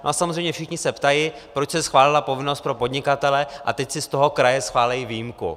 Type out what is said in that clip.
A samozřejmě všichni se ptají, proč se schválila povinnost pro podnikatele a teď si z toho kraje schválí výjimku?